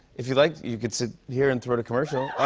if you'd like, you could sit here and throw to commercial.